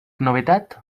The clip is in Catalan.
novetat